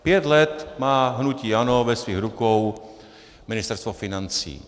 Pět let má hnutí ANO ve svých rukou Ministerstvo financí.